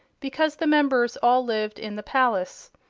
because the members all lived in the palace.